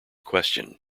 question